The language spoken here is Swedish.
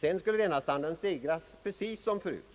Sedan skulle levnadsstandarden stegras precis som förut.